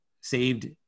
saved